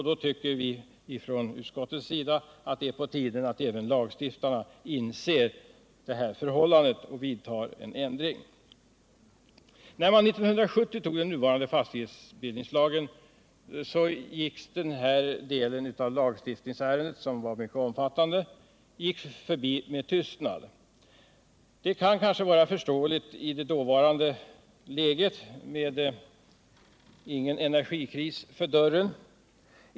Då tycker vi från utskottets sida att det är på tiden att även lagstiftarna inser detta och genomför en ändring. När man 1970 antog den nuvarande fastighetsbildningslagen gick man 13 med tystnad förbi den här delen av lagstiftningsärendet, som var mycket omfattande. Det kunde kanske vara förståeligt i dåvarande läge, när ingen energikris stod för dörren.